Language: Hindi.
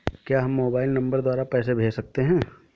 क्या हम मोबाइल नंबर द्वारा पैसे भेज सकते हैं?